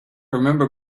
remember